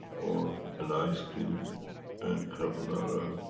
or an ice cream and carbonara